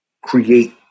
create